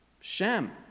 Shem